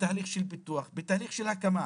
בתהליך של פיתוח, בתהליך של הקמה.